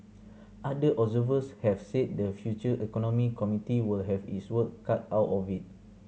other have said the future economy committee will have its work cut out of it